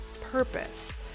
purpose